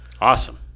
Awesome